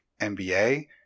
nba